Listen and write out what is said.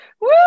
Woo